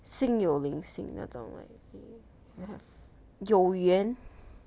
心有灵犀那种 like 有缘